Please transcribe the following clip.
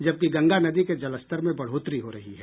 जबकि गंगा नदी के जलस्तर में बढ़ोतरी हो रही है